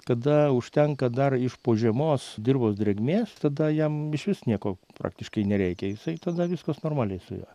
kada užtenka dar iš po žiemos dirvos drėgmės tada jam išvis nieko praktiškai nereikia jisai tada viskas normaliai su juo